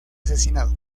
asesinado